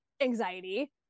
anxiety